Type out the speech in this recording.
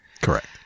Correct